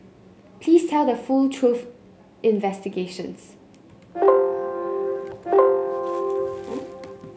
please tell the full truth investigations